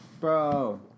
Bro